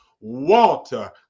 Walter